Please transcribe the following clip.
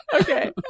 okay